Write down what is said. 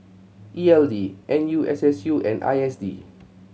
E L D N U S S U and I S D